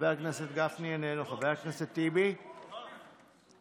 חבר הכנסת גפני, איננו, חבר הכנסת טיבי, מוותר,